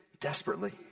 desperately